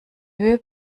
höhe